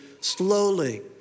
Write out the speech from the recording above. slowly